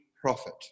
prophet